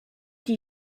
die